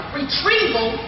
retrieval